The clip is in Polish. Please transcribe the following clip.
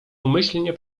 umyślnie